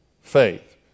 faith